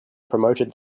promoted